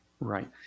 Right